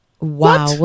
Wow